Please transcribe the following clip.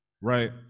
right